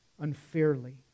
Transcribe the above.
unfairly